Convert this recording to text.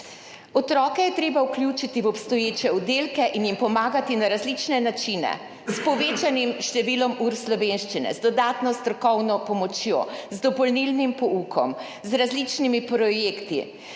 Otroke je treba vključiti v obstoječe oddelke in jim pomagati na različne načine: s povečanim številom ur slovenščine, z dodatno strokovno pomočjo, z dopolnilnim poukom, z različnimi projekti.